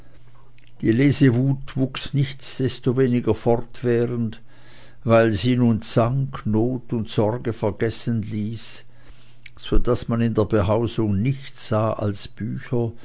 die lesewut wuchs nichtsdestominder fortwährend weil sie nun zank not und sorge vergessen ließ so daß man in der behausung nichts sah als bücher